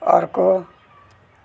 अर्को